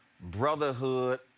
brotherhood